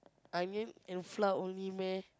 onion and flour only meh